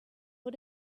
put